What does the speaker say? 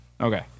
Okay